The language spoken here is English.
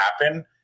happen